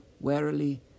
warily